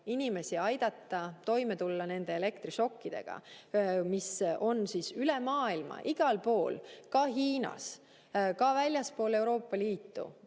inimestel toime tulla elektrišokkidega, mis on praegu üle maailma, igal pool, ka Hiinas, ka väljaspool Euroopa Liitu.